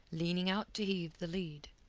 leaning out to heave the lead.